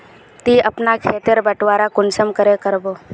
ती अपना खेत तेर बटवारा कुंसम करे करबो?